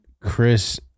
Chris